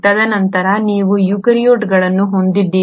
ತದನಂತರ ನೀವು ಯೂಕ್ಯಾರಿಯೋಟ್ಗಳನ್ನು ಹೊಂದಿದ್ದೀರಿ